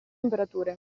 temperature